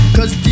Cause